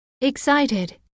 excited